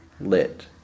lit